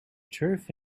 turf